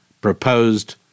proposed